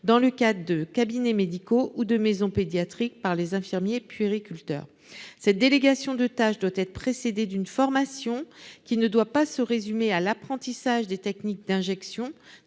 dans le cas de cabinets médicaux ou de maisons pédiatrique par les infirmiers puériculture cette délégation de tâches doit être précédée d'une formation qui ne doit pas se résumer à l'apprentissage des techniques d'injection